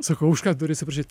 sakau už ką turi atsiprašyt